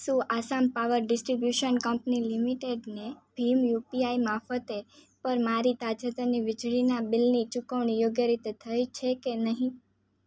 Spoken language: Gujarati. શું આસામ પાવર ડિસ્ટ્રિબ્યુશન કંપની લિમિટેડને ભીમ યુપીઆઈ મારફતે પર મારી તાજેતરની વીજળીના બિલની ચુકવણી યોગ્ય રીતે થઈ છે કે નહીં